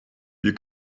you